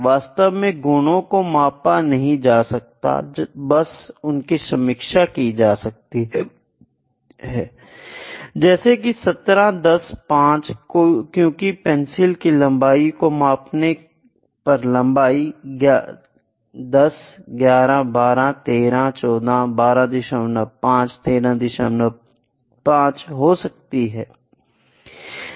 वास्तव में गुणों को मापा नहीं जा सकता बस उनकी समीक्षा की जा सकती है जैसे की 1710 5 क्योंकि पेंसिल की लंबाई को मापने पर लंबाई 1011121314125 135 हो सकती हैं